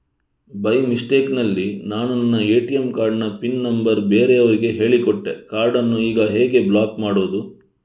By mistake ನಲ್ಲಿ ನಾನು ನನ್ನ ಎ.ಟಿ.ಎಂ ಕಾರ್ಡ್ ನ ಪಿನ್ ನಂಬರ್ ಬೇರೆಯವರಿಗೆ ಹೇಳಿಕೊಟ್ಟೆ ಕಾರ್ಡನ್ನು ಈಗ ಹೇಗೆ ಬ್ಲಾಕ್ ಮಾಡುವುದು?